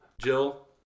Jill